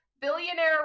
Billionaire